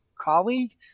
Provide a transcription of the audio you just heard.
colleague